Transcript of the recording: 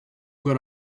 good